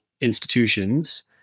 institutions